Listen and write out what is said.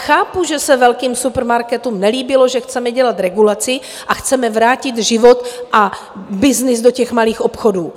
Chápu, že se velkým supermarketům nelíbilo, že chceme dělat regulaci a chceme vrátit život a byznys do malých obchodů.